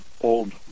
old